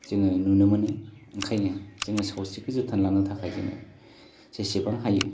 जोङो नुनो मोनो ओंखायनो जोङो सावस्रिखौ जोथोन लानो थाखाय जोङो जेसेबां हायो